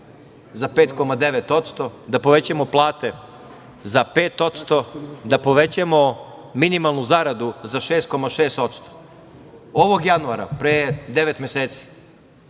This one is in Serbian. za 5,9%, da povećamo plate za 5%, da povećamo minimalnu zaradu za 6,6%. Ovog januara pre devet meseci,